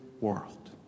world